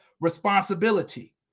responsibility